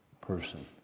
person